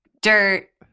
dirt